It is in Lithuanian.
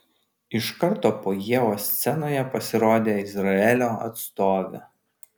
iš karto po ievos scenoje pasirodė izraelio atstovė